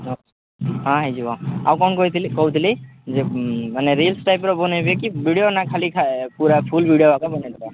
ହଁ ହେଇଯିବ ଆଉ କ'ଣ କହିଥିଲି କହୁଥିଲି ଯେ ମାନେ ରିଲ୍ସ ଟାଇପ୍ର ବନେଇବେ କି ଭିଡ଼ିଓ ନା ଖାଲି ପୁରା ଫୁଲ୍ ଭିଡ଼ିଓ ଯାକ ବନେଇଦବା